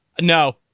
No